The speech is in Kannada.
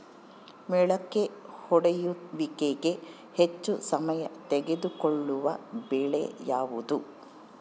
ಮೊಳಕೆ ಒಡೆಯುವಿಕೆಗೆ ಹೆಚ್ಚು ಸಮಯ ತೆಗೆದುಕೊಳ್ಳುವ ಬೆಳೆ ಯಾವುದು?